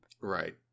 Right